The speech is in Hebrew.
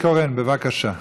נורית קורן, בבקשה.